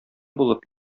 булып